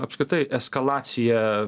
apskritai eskalacija